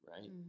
right